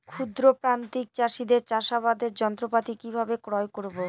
ক্ষুদ্র প্রান্তিক চাষীদের চাষাবাদের যন্ত্রপাতি কিভাবে ক্রয় করব?